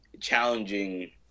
challenging